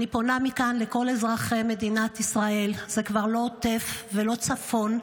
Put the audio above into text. אני פונה מכאן לכל אזרחי מדינת ישראל: זה כבר לא עוטף ולא צפון.